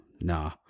nah